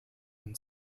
and